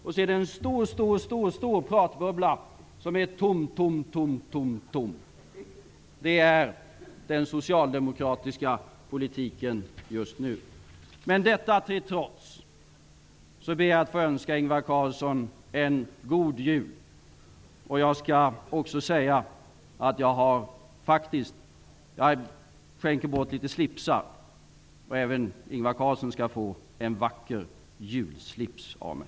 Det är en stor, stor, stor pratbubbla som är tom, tom, tom. Det är den socialdemokratiska politiken just nu. Detta till trots ber jag att få önska Ingvar Carlsson en god jul. Jag skänker ju bort litet slipsar. Även Ingvar Carlsson skall få en vacker julslips av mig.